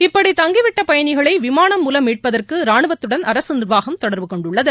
இப்படி தங்கிவிட்ட பயணிகளை விமானம் மூலம் மீட்பதற்கு ராணுவத்துடன் அரசு நீர்வாகம் தொடர்பு கொண்டுள்ளது